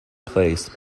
placed